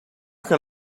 can